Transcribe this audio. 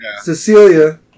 Cecilia